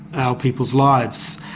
our people's lives.